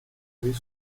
avait